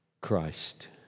Christ